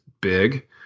big